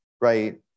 right